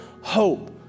hope